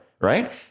right